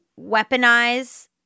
weaponize